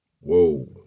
Whoa